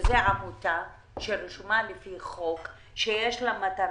עמותה שרשומה לפי חוק ויש לה מטרות,